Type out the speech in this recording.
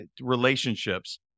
relationships